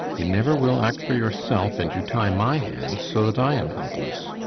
you never will act for yourself, and you tie my hands so that i am helpless.